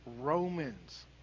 Romans